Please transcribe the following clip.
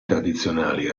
tradizionali